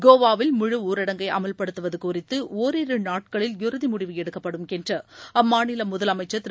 கோவாவில் முழு ஊரடங்கை அமவ்படுத்துவது குறித்து ஒரிரு நாட்களில் இறுதி முடிவு எடுக்கப்படும் என்று அம்மாநில முதலமைச்சர் திரு